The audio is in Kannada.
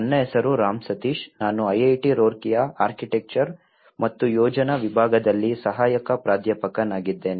ನನ್ನ ಹೆಸರು ರಾಮ್ ಸತೀಶ್ ನಾನು IIT ರೂರ್ಕಿಯ ಆರ್ಕಿಟೆಕ್ಚರ್ ಮತ್ತು ಯೋಜನಾ ವಿಭಾಗದಲ್ಲಿ ಸಹಾಯಕ ಪ್ರಾಧ್ಯಾಪಕನಾಗಿದ್ದೇನೆ